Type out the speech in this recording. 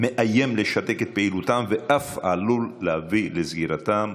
מאיים לשתק את פעילותם ואף עלול להביא לסגירתם,